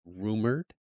rumored